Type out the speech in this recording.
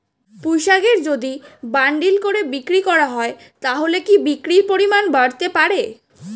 পুঁইশাকের যদি বান্ডিল করে বিক্রি করা হয় তাহলে কি বিক্রির পরিমাণ বাড়তে পারে?